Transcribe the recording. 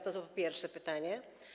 To pierwsze pytanie.